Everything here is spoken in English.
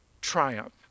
triumph